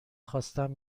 خواستم